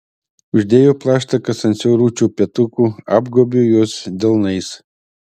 uždėjau plaštakas ant siauručių petukų apgaubiau juos delnais